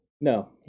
No